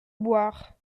boire